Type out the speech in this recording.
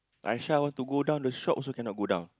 Aisyah want to go down the shop also cannot go down